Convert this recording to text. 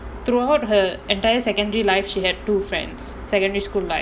throughout her entire secondary life she had two friends secondary school life